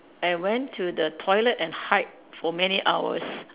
and went to the toilet and hide for many hours